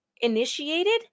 initiated